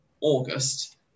August